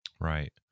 Right